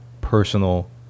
personal